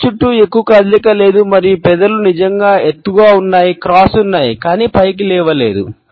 కళ్ళ చుట్టూ ఎక్కువ కదలిక లేదు మరియు పెదవులు నిజంగా ఎత్తులో ఉన్నాయి క్రాస్ ఉన్నాయి కానీ పైకి లేవలేదు